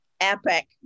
epic